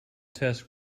test